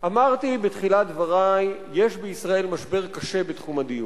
אמרתי בתחילת דברי שיש בישראל משבר קשה בתחום הדיור.